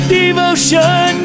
devotion